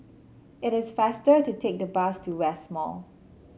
it is faster to take the bus to West Mall